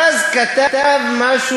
ואז כתב משהו,